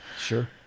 sure